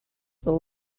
will